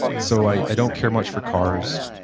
so i don't care much for cars.